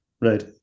Right